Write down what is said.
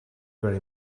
very